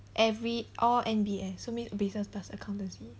every all N_B_S so means business plus accountancy